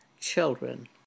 children